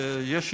כשיש יישובים,